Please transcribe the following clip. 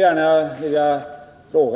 Menar